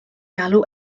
galw